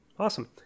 awesome